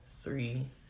three